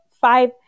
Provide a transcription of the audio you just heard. five